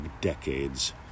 decades